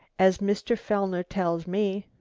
as mr. fellner tells me.